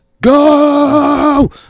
go